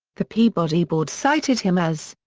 the peabody board cited him as.